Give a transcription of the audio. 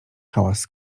hałas